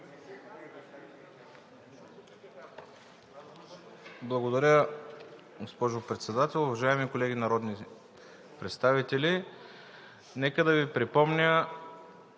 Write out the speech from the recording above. Благодаря, госпожо Председател. Уважаеми колеги народни представители! Нека да Ви припомня